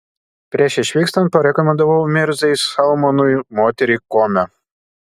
prieš išvykstant parekomendavau mirzai salmanui moterį kome